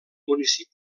municipi